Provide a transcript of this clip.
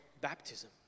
baptism